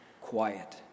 quiet